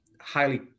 highly